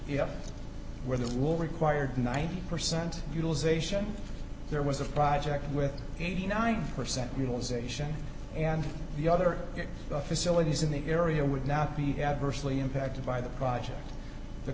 was where the law required ninety percent utilization there was a project with eighty nine percent utilization and the other facilities in the area would not be adversely impacted by the project the